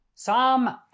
Psalm